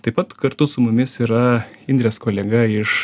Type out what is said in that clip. taip pat kartu su mumis yra indrės kolega iš